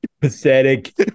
pathetic